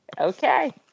okay